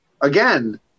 again